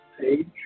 page